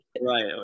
Right